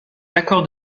accords